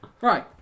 right